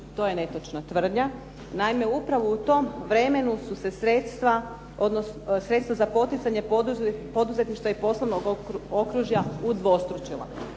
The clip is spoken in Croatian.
To je netočna tvrdnja. Naime, upravo u tom vremenu su se sredstva za poticanje poduzetništva i poslovnog okružja udvostručila.